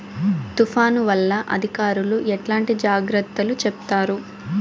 తుఫాను వల్ల అధికారులు ఎట్లాంటి జాగ్రత్తలు చెప్తారు?